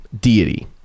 deity